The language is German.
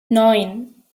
neun